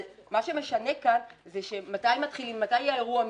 מה שמשנה כאן זה מתי האירוע מתגבש?